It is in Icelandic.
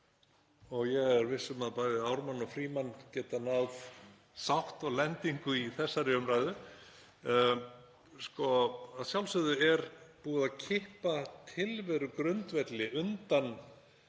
og ég er viss um að bæði Ármann og Frímann geta náð sátt og lendingu í þessari umræðu. Að sjálfsögðu er búið að kippa tilverugrundvelli undan